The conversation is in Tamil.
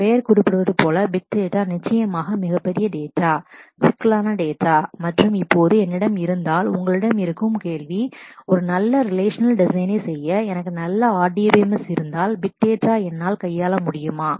பெயர் குறிப்பிடுவது போல் பிக் டேட்டா நிச்சயமாக மிகப்பெரிய டேட்டா data சிக்கலான டேட்டா மற்றும் இப்போது என்னிடம் இருந்தால் உங்களிடம் இருக்கும் கேள்வி ஒரு நல்ல ரிலேஷனல் டிசைன் செய்ய எனக்கு நல்ல RDMS இருந்தால் பிக் டேட்டா என்னால் கையாள முடியவில்லையா